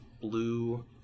blue